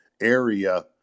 area